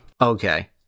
Okay